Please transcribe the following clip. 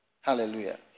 Hallelujah